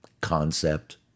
Concept